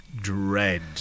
dread